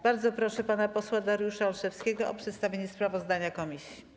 Bardzo proszę pana posła Dariusza Olszewskiego o przedstawienie sprawozdania komisji.